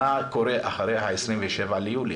מה קורה אחרי ה-27 ביולי,